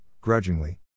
grudgingly